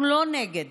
אנחנו לא נגד